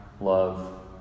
love